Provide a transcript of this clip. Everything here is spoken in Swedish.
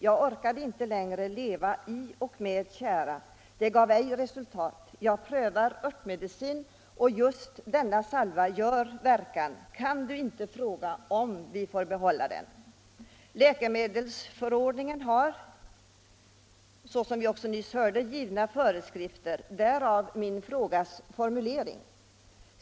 Jag orkade inte längre leva i och med tjära, det gav ej resultat. Jag prövar örtmedicin och just denna salva gör verkan. Kan Du inte fråga om vi får behålla den?” Läkemedelsförordningen har — såsom vi också nyss hörde — givna föreskrifter, därav min frågas formulering.